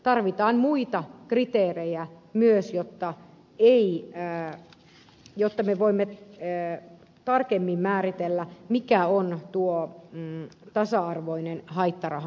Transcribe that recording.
tarvitaan muita kriteerejä myös jotta me voimme tarkemmin määritellä mikä on tuo tasa arvoinen haittarahan suuruus